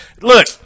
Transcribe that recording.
Look